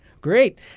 Great